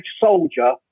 soldier